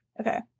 Okay